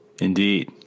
Indeed